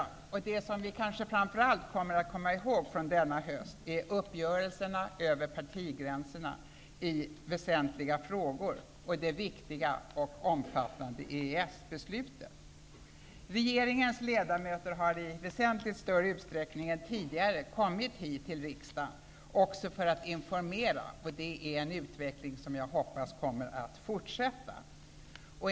Det som vi kanske framför allt kommer att komma ihåg från denna höst är uppgörelserna över partigränserna i väsentliga frågor och det viktiga och omfattande EES-beslutet. Regeringens ledamöter har i väsentligt större utsträckning än tidigare kommit hit till riksdagen också för att informera, och det är en utveckling som jag hoppas kommer att fortsätta.